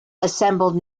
assembled